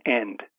end